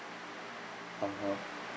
(uh huh)